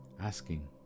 Asking